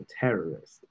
terrorist